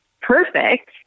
perfect